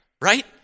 right